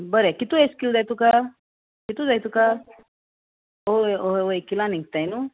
बरें कितू एश किल जाय तुका कितू जाय तुका ओय ओय वोय किलानताय न्हू